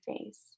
face